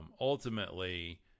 ultimately